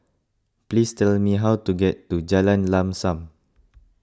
please tell me how to get to Jalan Lam Sam